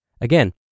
Again